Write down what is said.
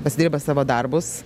pasidirba savo darbus